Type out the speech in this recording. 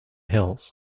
hills